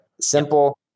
Simple